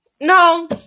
No